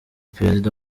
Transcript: perezida